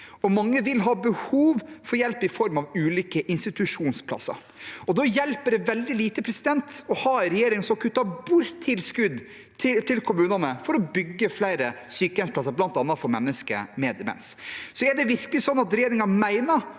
mange vil ha behov for hjelp i form av ulike institusjonsplasser. Da hjelper det veldig lite å ha en regjering som kutter bort tilskudd til kommunene for å bygge flere sykehjemsplasser, bl.a. for mennesker med demens. Er det virkelig sånn at regjer ingen mener